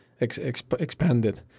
expanded